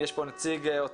ואם יש פה נציג אוצר,